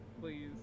please